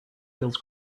feels